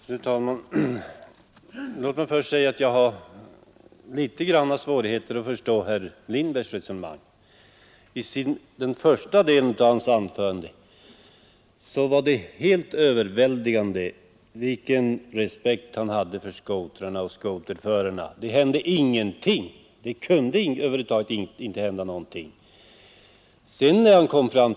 Fru talman! Låt mig först säga att jag har litet svårt att förstå herr Lindbergs resonemang. I den första delen av herr Lindbergs anförande var det en alldeles överväldigande respekt han hade för snöskotrarna och snöskoterförarna. Det hände ingenting och kunde över huvud taget inte hända någonting i samband med snöskoterfärder.